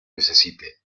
necesite